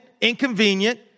inconvenient